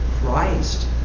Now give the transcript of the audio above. Christ